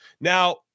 Now